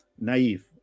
naive